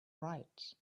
right